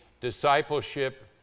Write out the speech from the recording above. discipleship